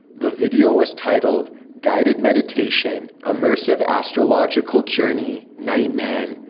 the video was titled, guided meditation immersive astrological journey nightman.